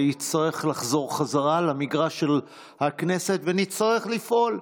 זה יצטרך לחזור בחזרה למגרש של הכנסת ונצטרך לפעול.